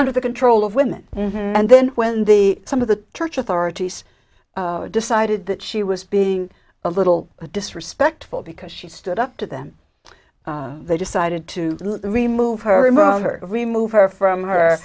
under the control of women and then when the some of the church authorities decided that she was being a little bit disrespectful because she stood up to them they decided to remove her remove her from her